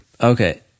Okay